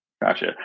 Gotcha